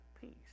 peace